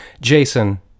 Jason